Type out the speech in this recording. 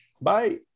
Bye